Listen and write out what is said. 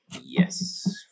yes